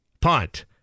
Punt